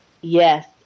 Yes